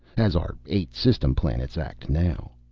as our eight system planets act now.